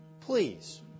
please